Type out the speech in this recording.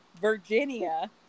Virginia